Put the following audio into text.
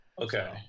Okay